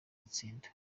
itsinda